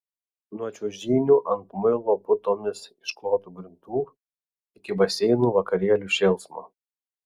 nuo čiuožynių ant muilo putomis išklotų grindų iki baseinų vakarėlių šėlsmo